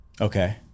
Okay